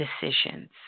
decisions